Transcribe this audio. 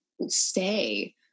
stay